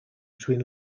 between